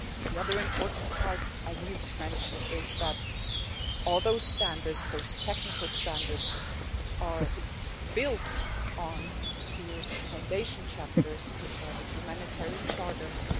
and the other important part i need to mention is that all those standards, those technical standards are built on sphere foundation chapters, which are the humanitarian charter,